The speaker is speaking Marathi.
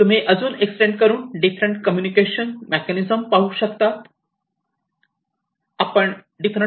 तुम्ही अजून एक्सटेंड करून डिफरंट कम्युनिकेशन मेकॅनिझम पाहू शकतात